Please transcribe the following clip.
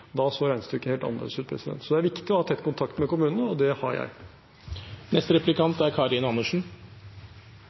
Da så regnestykket helt annerledes ut. – Så det er viktig å ha tett kontakt med kommunene, og det har jeg. Det er